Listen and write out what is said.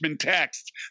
text